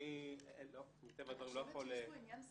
אני חושבת שיש פה עניין סמנטי,